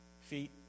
feet